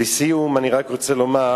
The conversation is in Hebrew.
לסיום, אני רק רוצה לומר